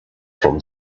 from